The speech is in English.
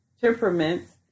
temperaments